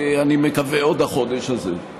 אני מקווה עוד החודש הזה.